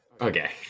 Okay